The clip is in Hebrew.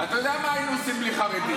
--- אתה יודע מה היינו עושים בלי חרדים.